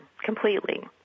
Completely